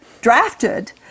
drafted